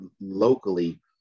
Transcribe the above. locally